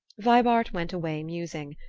vibart went away musing.